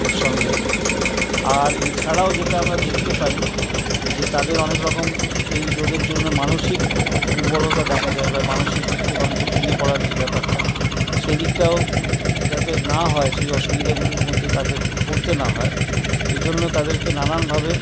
নিঃসন্দেহে আর এছাড়াও যেটা আমরা দেখতে পাই যে তাদের অনেক রকম এই রোগের জন্যে মানসিক দূর্বলতা দেখা যায় বা মানসিক দিক থেকে অনেকে ভেঙ্গে পড়ার যে ব্যাপারটা সেইদিকটাও যাতে না হয় সেই অসুবিধেগুলোর মধ্যে তাদের পড়তে না হয় এইজন্য তাদেরকে নানানভাবে